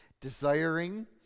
desiring